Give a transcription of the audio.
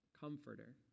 Comforter